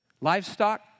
Livestock